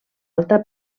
alta